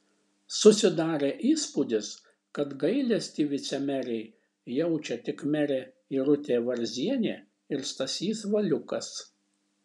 susidarė įspūdis kad gailestį vicemerei jaučia tik merė irutė varzienė ir stasys valiukas